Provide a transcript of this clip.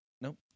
nope